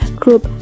group